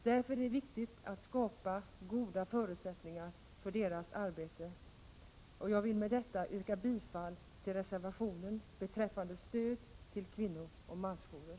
Därför är det viktigt att skapa goda förutsättningar för deras arbete. Jag vill med detta yrka bifall till reservationen beträffande stöd till kvinnooch mansjourer.